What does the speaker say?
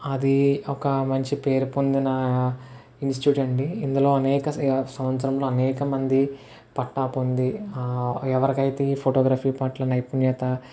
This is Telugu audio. అది ఒక మంచి పేరు పొందిన ఇన్స్టిట్యూట్ అండి ఇందులో అనేక సం సంవత్సరములు అనేక మంది పట్టా పొంది ఎవరికైతే ఈ ఫొటోగ్రఫీ పట్ల నైపుణ్యత